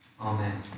Amen